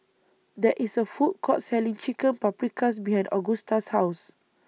There IS A Food Court Selling Chicken Paprikas behind Augusta's House